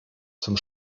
zum